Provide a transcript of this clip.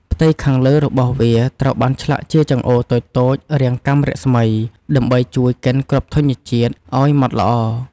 ផ្ទៃខាងលើរបស់វាត្រូវបានឆ្លាក់ជាចង្អូរតូចៗរាងកាំរស្មី ដើម្បីជួយកិនគ្រាប់ធញ្ញជាតិឲ្យម៉ត់ល្អ។